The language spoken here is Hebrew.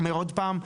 אומר עוד פעם,